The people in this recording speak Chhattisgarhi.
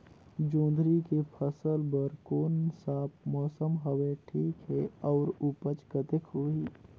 जोंदरी के फसल बर कोन सा मौसम हवे ठीक हे अउर ऊपज कतेक होही?